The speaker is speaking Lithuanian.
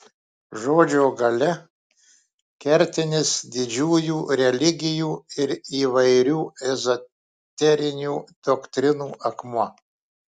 žodžio galia kertinis didžiųjų religijų ir įvairių ezoterinių doktrinų akmuo